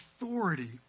authority